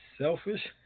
selfish